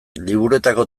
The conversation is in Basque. liburuetako